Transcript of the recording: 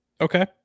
Okay